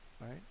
Right